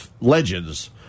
Legends